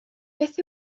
beth